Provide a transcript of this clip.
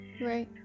Right